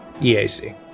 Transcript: EAC